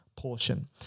Portion